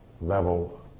level